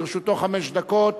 לרשותך חמש דקות.